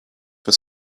for